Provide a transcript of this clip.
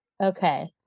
Okay